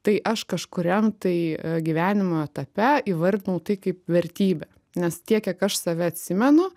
tai aš kažkuriam tai gyvenimo etape įvardinau tai kaip vertybę nes tiek kiek aš save atsimenu